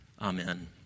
amen